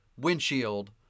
windshield